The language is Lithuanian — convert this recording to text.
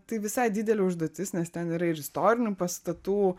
tai visai didelė užduotis nes ten yra ir istorinių pastatų